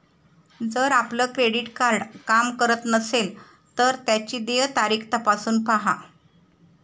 जर आपलं credit card काम करत नसेल तर त्याची देय तारीख तपासून पाहा